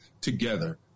together